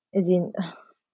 as in